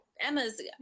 Emma's